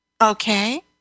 Okay